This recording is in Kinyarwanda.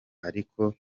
ariko